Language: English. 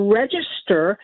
register